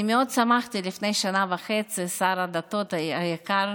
אני מאוד שמחתי לפני שנה וחצי, שר הדתות היקר,